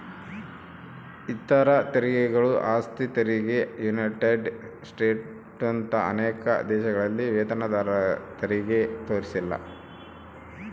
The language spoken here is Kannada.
ಇತರ ತೆರಿಗೆಗಳು ಆಸ್ತಿ ತೆರಿಗೆ ಯುನೈಟೆಡ್ ಸ್ಟೇಟ್ಸ್ನಂತ ಅನೇಕ ದೇಶಗಳಲ್ಲಿ ವೇತನದಾರರತೆರಿಗೆ ತೋರಿಸಿಲ್ಲ